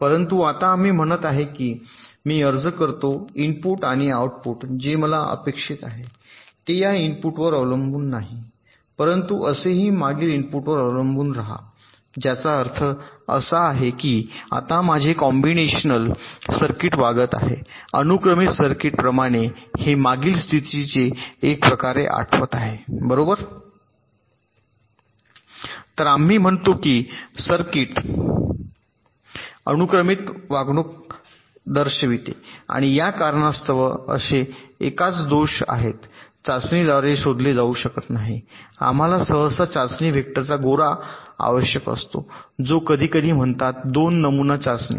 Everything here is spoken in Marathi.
परंतु आता आम्ही म्हणत आहोत की मी अर्ज करतो इनपुट आणि आऊटपुट जे मला अपेक्षित आहे ते या इनपुटवर अवलंबून नाही परंतु असेल मागील इनपुटवर अवलंबून रहा ज्याचा अर्थ असा आहे की आता माझे कॉम्बिनेशनल सर्किट वागत आहे अनुक्रमिक सर्किट प्रमाणे हे मागील स्थितीचे एक प्रकारे आठवत आहे बरोबर तर आम्ही म्हणतो की सर्किट अनुक्रमित वागणूक दर्शविते आणि या कारणास्तव असे एकाच दोष आहेत चाचणीद्वारे शोधले जाऊ शकत नाही आम्हाला सहसा चाचणी वेक्टरचा गोरा आवश्यक असतो जो कधीकधी म्हणतात 2 नमुना चाचणी